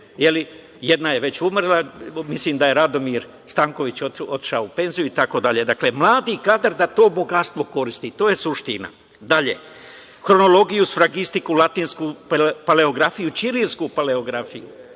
Jedna je već umrla, mislim da je Radomir Stanković otišao u penziju, itd. Dakle, mladi kadar da to bogatstvo koristi. To je suština. Dalje, hronologiju, svragistiku, latinsku paleografiju, ćirilsku paleografiju